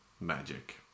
magic